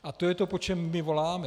A to je to, po čem my voláme.